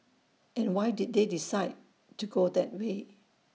and why did they decide to go that way